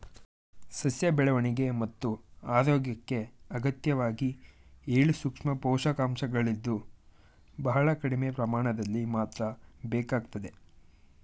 ಸಸ್ಯ ಬೆಳವಣಿಗೆ ಮತ್ತು ಆರೋಗ್ಯಕ್ಕೆ ಅತ್ಯಗತ್ಯವಾಗಿ ಏಳು ಸೂಕ್ಷ್ಮ ಪೋಷಕಾಂಶಗಳಿದ್ದು ಬಹಳ ಕಡಿಮೆ ಪ್ರಮಾಣದಲ್ಲಿ ಮಾತ್ರ ಬೇಕಾಗ್ತದೆ